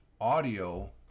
audio